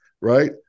right